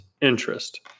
interest